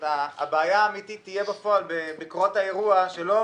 הבעיה האמיתית תהיה בפועל בקרות האירוע שלא